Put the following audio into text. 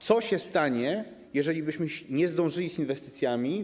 Co się stanie, jeżeli byśmy nie zdążyli z inwestycjami?